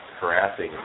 harassing